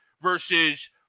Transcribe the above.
versus